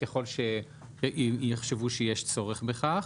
ככל שיחשבו שיש צורך בכך.